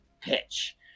pitch